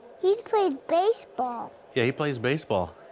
he played baseball. yeah, he plays baseball.